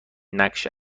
نقش